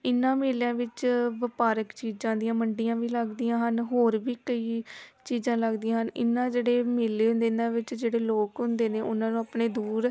ਇਨ੍ਹਾਂ ਮੇਲਿਆਂ ਵਿੱਚ ਵਪਾਰਕ ਚੀਜ਼ਾਂ ਦੀਆਂ ਮੰਡੀਆਂ ਵੀ ਲੱਗਦੀਆਂ ਹਨ ਹੋਰ ਵੀ ਕਈ ਚੀਜ਼ਾਂ ਲੱਗਦੀਆਂ ਹਨ ਇਹਨਾਂ ਜਿਹੜੇ ਮੇਲੇ ਦੇ ਇਹਨਾਂ ਵਿੱਚ ਜਿਹੜੇ ਲੋਕ ਹੁੰਦੇ ਨੇ ਉਨਾਂ ਨੂੰ ਆਪਣੇ ਦੂਰ